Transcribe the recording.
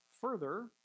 Further